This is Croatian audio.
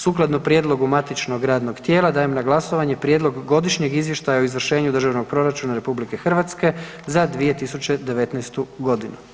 Sukladno prijedlogu matičnog radnog tijela dajem na glasovanje Prijedlog Godišnjeg izvještaja o izvršenju Državnog proračuna RH za 2019. godinu.